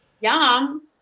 Yum